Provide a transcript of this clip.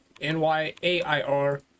N-Y-A-I-R